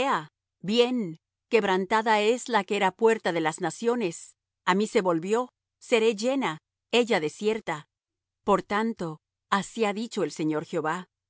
bien quebrantada es la que era puerta de las naciones á mí se volvió seré llena ella desierta por tanto así ha dicho el señor jehová